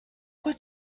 what